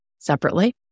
separately